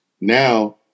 Now